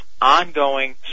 ongoing